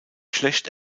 schlecht